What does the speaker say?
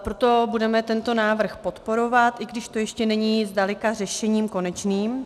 Proto budeme tento návrh podporovat, i když to ještě není zdaleka řešením konečným.